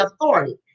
authority